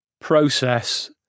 process